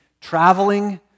traveling